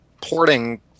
porting